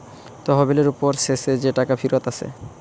তহবিলের উপর শেষ যে টাকা ফিরত আসে